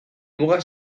muga